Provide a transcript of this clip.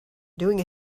doing